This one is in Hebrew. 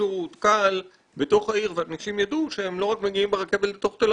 פשוט וקל בתוך העיר ואנשים ידעו שהם לא רק מגיעים ברכבת לתוך תל